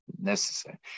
necessary